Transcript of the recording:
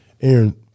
Aaron